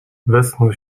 westchnął